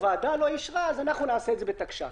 הוועדה לא אישרה אז אנחנו נעשה את זה בתקש"ח.